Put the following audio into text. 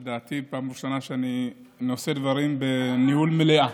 לדעתי זו פעם ראשונה שאני נושא דברים בניהול מליאה